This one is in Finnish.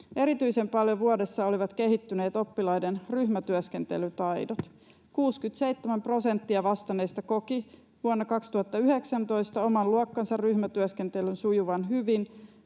Erityisen paljon vuodessa olivat kehittyneet oppilaiden ryhmätyöskentelytaidot: 67 prosenttia vastanneista koki vuonna 2019 oman luokkansa ryhmätyöskentelyn sujuvan hyvin,